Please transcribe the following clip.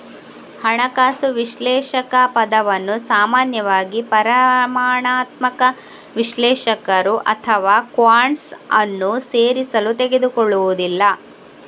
ಹಣಕಾಸು ವಿಶ್ಲೇಷಕ ಪದವನ್ನು ಸಾಮಾನ್ಯವಾಗಿ ಪರಿಮಾಣಾತ್ಮಕ ವಿಶ್ಲೇಷಕರು ಅಥವಾ ಕ್ವಾಂಟ್ಸ್ ಅನ್ನು ಸೇರಿಸಲು ತೆಗೆದುಕೊಳ್ಳುವುದಿಲ್ಲ